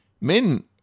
Men